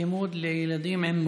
לימוד לילדים עם מוגבלויות.